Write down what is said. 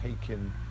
taken